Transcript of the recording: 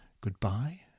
Goodbye